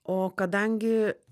o kadangi